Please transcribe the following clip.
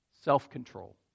self-control